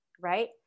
right